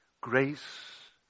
Grace